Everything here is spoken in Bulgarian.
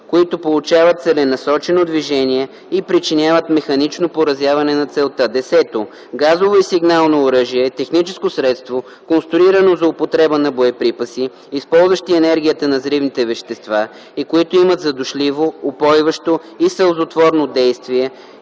които получават целенасочено движение и причиняват механично поразяване на целта. 10. „Газово и сигнално оръжиe“ е техническо средство, конструирано за употреба на боеприпаси, използващи енергията на взривните вещества и които имат задушливо, упойващо и сълзотворно действие